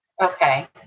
Okay